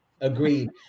agreed